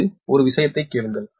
இது ஒரு விஷயத்தைக் கேளுங்கள்